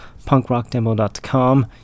punkrockdemo.com